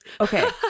Okay